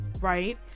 right